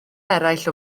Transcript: eraill